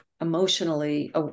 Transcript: emotionally